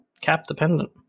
cap-dependent